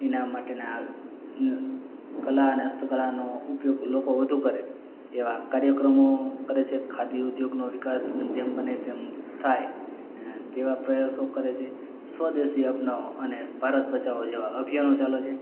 ઇનામ માટેના અં કલા અને હસ્તકલાનો ઉપયોગ લોકો વધુ કરે એવા કાર્યક્રમો કરે છે ખાદી ઉદ્યોગનો વિકાસ જેમ બને તેમ થાય અં તેવા પ્રયાસો કરે છે સ્વદેશી અપનાવો અને ભારત બચાવો જેવા અભિયાનો ચાલે છે